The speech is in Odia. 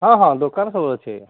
ହଁ ହଁ ଦୋକାନ ସବୁ ଅଛି ଆଜ୍ଞା